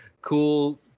cool